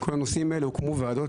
בכל הנושאים האלה הוקמו ועדות.